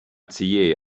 цієї